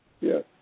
Yes